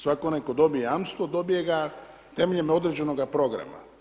Svatko onaj tko dobije jamstvo, dobije ga temeljem određenog programa.